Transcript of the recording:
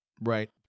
Right